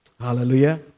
hallelujah